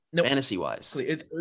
fantasy-wise